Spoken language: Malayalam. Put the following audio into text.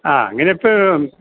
ആ അങ്ങനെ ഇപ്പോള്